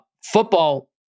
Football